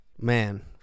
Man